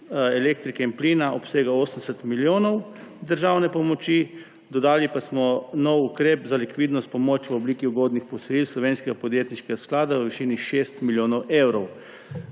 elektrike in plina obsega 80 milijonov državne pomoči, dodali pa smo nov ukrep za likvidnost, pomoč v obliki ugodnih posojil Slovenskega podjetniškega sklada v višini 6 milijonov evrov.